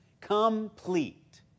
complete